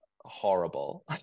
Horrible